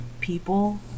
people